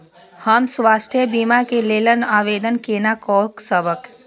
हम स्वास्थ्य बीमा के लेल आवेदन केना कै सकब?